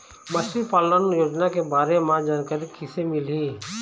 मछली पालन योजना के बारे म जानकारी किसे मिलही?